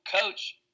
coach